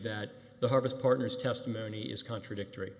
that the harvest partners testimony is contradictory